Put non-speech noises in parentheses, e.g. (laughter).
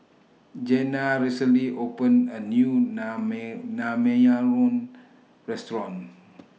Jenna recently opened A New (unintelligible) Naengmyeon Restaurant